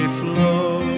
flow